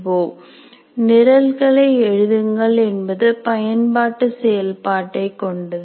"நிரல்களை எழுதுங்கள்" என்பது பயன்பாட்டு செயல்பாட்டை கொண்டது